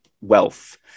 wealth